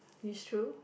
is true